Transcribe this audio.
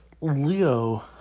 Leo